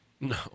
No